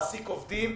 מעסיק עובדים.